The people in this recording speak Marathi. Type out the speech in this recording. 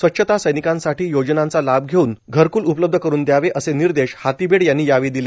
स्वच्छता सैनिकांसाठी योजनांचा लाभ देऊन घरक्ल उपलब्ध करुन दयावे असे निर्देश हाथीबेड यांनी यावेळी दिले